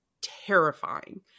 terrifying